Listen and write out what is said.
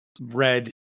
red